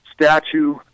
statue